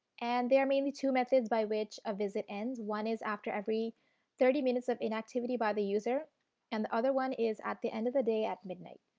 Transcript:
and there maybe two methods by which a visit ends. one is after every thirty minutes of inactivity by the user and the other one is at the end of the day at midnight.